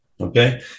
Okay